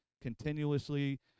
continuously